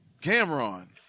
Cameron